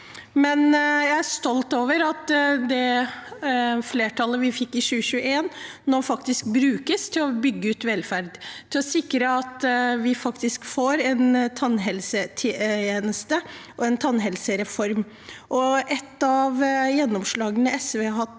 Jeg er stolt over at det flertallet vi fikk i 2021, nå brukes til å bygge ut velferd, til å sikre at vi faktisk får en tannhelsetjeneste og en tannhelsereform. Et av gjennomslagene SV har hatt